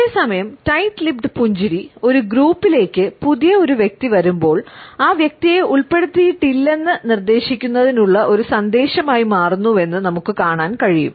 അതേസമയം tight lipped പുഞ്ചിരി ഒരു ഗ്രൂപ്പിലെക്ക് പുതിയ ഒരു വ്യക്തി വരുമ്പോൾ ആ വ്യക്തിയെ ഉൾപ്പെടുത്തിയിട്ടില്ലെന്ന് നിർദ്ദേശിക്കുന്നതിനുള്ള ഒരു സന്ദേശമായി മാറുന്നുവെന്ന് നമുക്ക്കാണാൻ കഴിയും